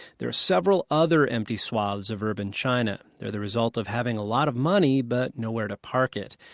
there are several other empty swaths of urban china. they're the result of having a lot of money, but nowhere to park it.